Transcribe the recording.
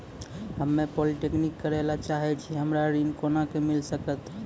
हम्मे पॉलीटेक्निक करे ला चाहे छी हमरा ऋण कोना के मिल सकत?